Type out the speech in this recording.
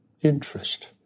interest